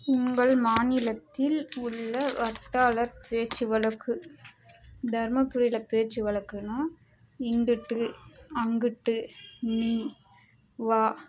உங்கள் மாநிலத்தில் உள்ள வட்டார பேச்சு வழக்கு தர்மபுரியில் பேச்சு வழக்குனா இங்குட்டு அங்குட்டு நீ வா